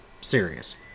serious